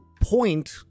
point